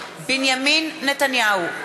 בנימין נתניהו,